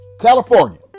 California